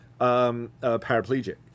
paraplegic